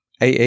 AA